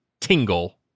Tingle